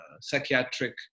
psychiatric